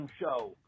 show